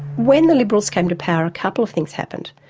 when the liberals came to power a couple of things happened.